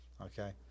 Okay